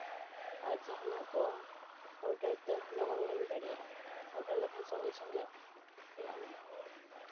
ᱟᱨ ᱡᱟᱦᱟᱱᱟᱜ ᱠᱚ ᱚᱰᱟᱨ ᱛᱮ ᱞᱚᱜᱚᱱ ᱜᱮᱢ ᱫᱟᱲᱮᱭᱟᱜᱼᱟ ᱚᱰᱟᱨ ᱞᱮᱠᱷᱟᱱ ᱥᱚᱝᱜᱮ ᱥᱚᱝᱜᱮ ᱦᱮᱡ ᱟᱢᱟ